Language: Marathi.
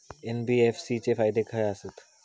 एन.बी.एफ.सी चे फायदे खाय आसत?